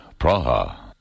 Praha